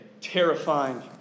terrifying